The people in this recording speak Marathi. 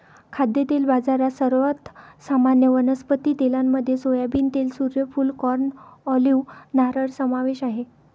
खाद्यतेल बाजारात, सर्वात सामान्य वनस्पती तेलांमध्ये सोयाबीन तेल, सूर्यफूल, कॉर्न, ऑलिव्ह, नारळ समावेश आहे